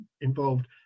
involved